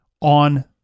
on